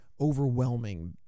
overwhelming